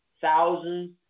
thousands